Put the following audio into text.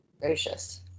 gracious